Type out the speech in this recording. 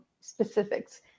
specifics